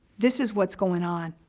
this is what's going on.